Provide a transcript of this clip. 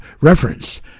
reference